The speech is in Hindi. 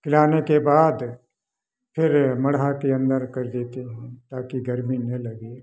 जाने के बाद फिर मढ़हा के अन्दर कर देते हैं ताकि गर्मी ना लगे